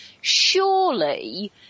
surely